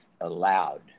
allowed